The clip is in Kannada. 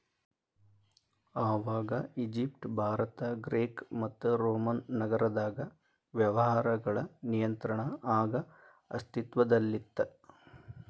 ಆವಾಗ ಈಜಿಪ್ಟ್ ಭಾರತ ಗ್ರೇಕ್ ಮತ್ತು ರೋಮನ್ ನಾಗರದಾಗ ವ್ಯವಹಾರಗಳ ನಿಯಂತ್ರಣ ಆಗ ಅಸ್ತಿತ್ವದಲ್ಲಿತ್ತ